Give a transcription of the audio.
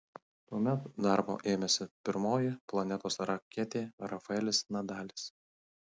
tuomet darbo ėmėsi pirmoji planetos raketė rafaelis nadalis